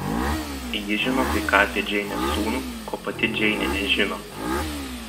ji žino kai ką apie džeinės sūnų ko pati džeinė nežino